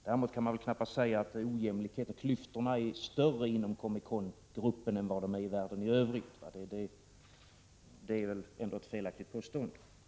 Däremot kan man väl knappast säga att det råder större ojämlikhet, och att klyftorna är större inom Comecongruppen än i världen i övrigt.